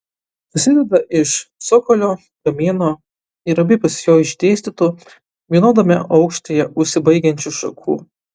susideda iš cokolio kamieno ir abipus jo išdėstytų vienodame aukštyje užsibaigiančių šakų